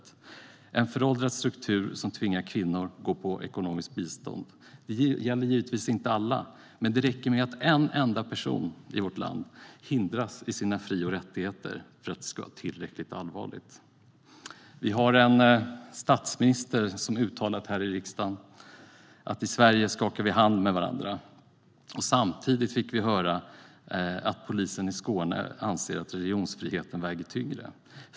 Det rör sig om en föråldrad struktur som tvingar kvinnor att gå på ekonomiskt bistånd. Det gäller givetvis inte alla, men det räcker att en enda person i vårt land hindras i sina fri och rättigheter för att det ska vara tillräckligt allvarligt. Vi har en statsminister som här i riksdagen uttalat att vi skakar hand med varandra i Sverige. Samtidigt fick vi höra att polisen i Skåne anser att religionsfriheten väger tyngre.